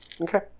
Okay